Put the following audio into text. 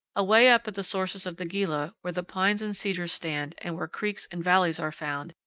away up at the sources of the gila, where the pines and cedars stand and where creeks and valleys are found,